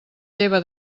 lleva